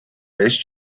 best